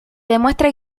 demuestra